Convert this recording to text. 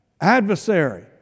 adversary